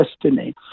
destiny